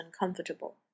uncomfortable